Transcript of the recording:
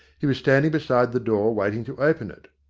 he was standing beside the door waiting to open it.